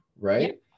right